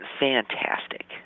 Fantastic